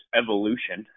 evolution